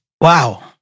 wow